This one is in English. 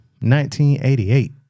1988